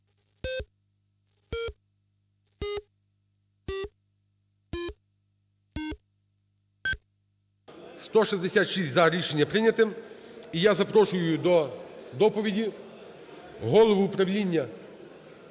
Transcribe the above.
За-166 Рішення прийнято. І я запрошую до доповіді голову правління